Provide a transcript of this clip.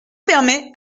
permets